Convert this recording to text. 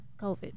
COVID